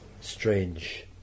strange